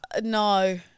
no